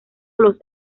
los